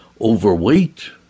overweight